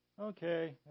okay